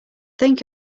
think